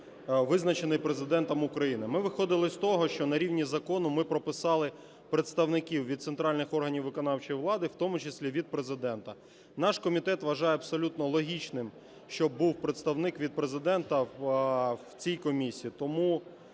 визначений Президентом України. Ми виходили з того, що на рівні закону ми прописали представників від центральних органів виконавчої влади, в тому числі від Президента. Наш комітет вважає абсолютно логічним, щоб був представник від Президента в цій комісії,